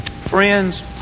Friends